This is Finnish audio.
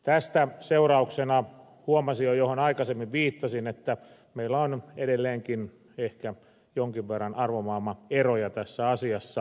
tästä seurauksena huomasin mihin aikaisemmin viittasin että meillä on edelleenkin ehkä jonkin verran arvomaailmaeroja tässä asiassa